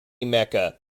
mecca